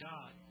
God